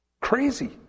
Crazy